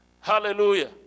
Hallelujah